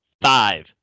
five